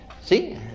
see